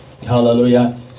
hallelujah